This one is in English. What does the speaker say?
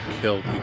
killed